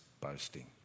boasting